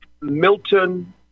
Milton